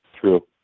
True